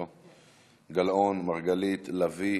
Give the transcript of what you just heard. לא, גלאון, מרגלית, לוי,